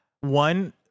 one